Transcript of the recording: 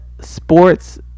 sports